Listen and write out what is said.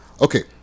okay